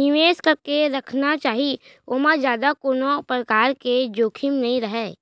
निवेस करके रखना चाही ओमा जादा कोनो परकार के जोखिम नइ रहय